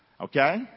Okay